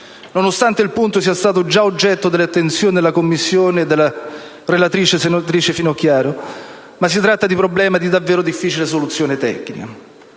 Nonostante il punto sia stato già oggetto delle attenzioni della Commissione e della relatrice, senatrice Finocchiaro, si tratta di un problema di davvero difficile soluzione tecnica.